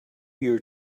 year